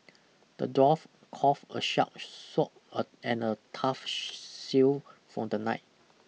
the dwarf crafted a shark sword and a tough shield for the knight